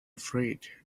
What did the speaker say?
afraid